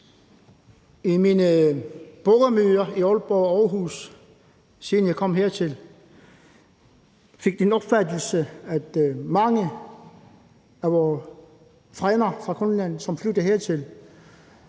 til de borgermøder i Aalborg og Aarhus, jeg har deltaget i, siden jeg kom hertil, fået den opfattelse, at mange af vore frænder fra Grønland, som flytter hertil,